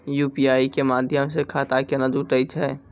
UPI के माध्यम से खाता केना जुटैय छै?